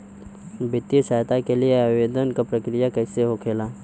वित्तीय सहायता के लिए आवेदन क प्रक्रिया कैसे होखेला?